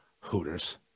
Hooters